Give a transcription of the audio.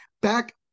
back